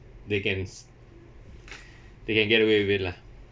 they can s~ they can get away with it lah